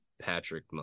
Patrick